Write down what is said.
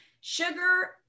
Sugar